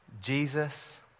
Jesus